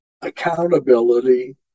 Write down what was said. accountability